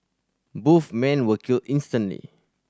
both men were killed instantly